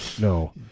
No